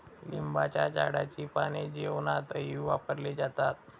लिंबाच्या झाडाची पाने जेवणातही वापरले जातात